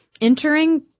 entering